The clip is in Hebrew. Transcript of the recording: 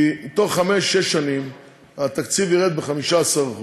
כי תוך חמש-שש שנים התקציב ירד ב-15%,